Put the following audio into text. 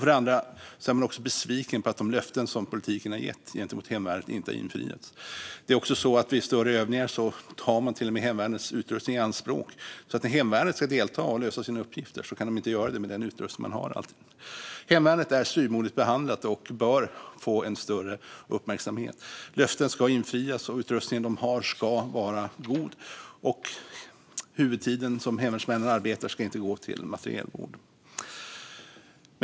För det andra är man besviken på att de löften som politiken har gett när det gäller hemvärnet inte har infriats. Vid större övningar tas till och med hemvärnets utrustning i anspråk, så när hemvärnet ska delta och lösa sina uppgifter kan man inte alltid göra det med den utrustning man har. Hemvärnet är styvmoderligt behandlat och bör få större uppmärksamhet. Löften ska infrias, och den utrustning de har ska vara god. Huvuddelen av den tid hemvärnsmännen arbetar ska inte gå till materielvård.